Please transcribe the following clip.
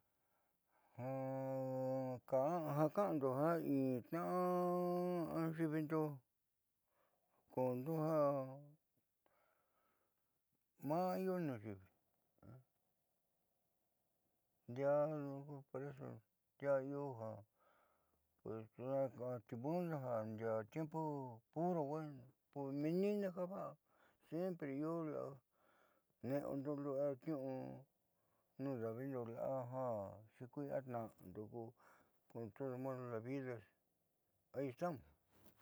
Ja ku jakune'endo paciencia tiuku adi pues io uu clase tiuku in ja va'a lu'a ja adiindiaando meeninne ja va'a akaada jiaa yuunko kuteekuniuunindo un poco bueno y un poco malo.